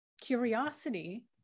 curiosity